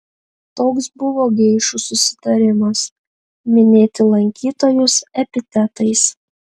toks buvo geišų susitarimas minėti lankytojus epitetais